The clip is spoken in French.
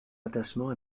attachement